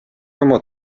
oma